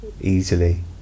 easily